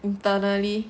internally